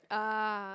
ah